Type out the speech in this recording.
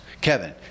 Kevin